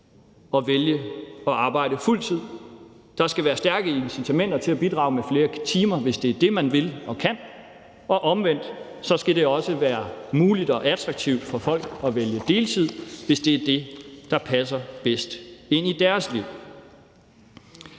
at vælge at arbejde fuld tid. Der skal være stærke incitamenter til at bidrage med flere timer, hvis det er det, man vil og kan, og omvendt skal det også være muligt og attraktivt for folk at vælge deltid, hvis det er det, der passer bedst ind i deres liv.